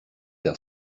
der